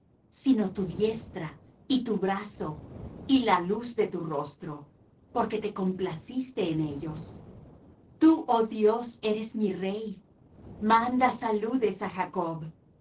sino tu diestra y tu brazo y la luz de tu rostro porque te complaciste en ellos tú oh dios eres mi rey manda saludes á jacob